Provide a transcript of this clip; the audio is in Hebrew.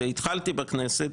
שהתחלתי בכנסת,